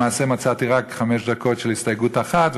למעשה מצאתי רק חמש דקות של הסתייגות אחת,